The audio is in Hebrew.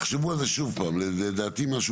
ואם חלילה לא יהיה,